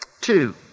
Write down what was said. Two